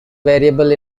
variable